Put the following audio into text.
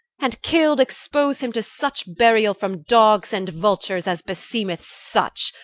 and, killed, expose him to such burial from dogs and vultures, as beseemeth such,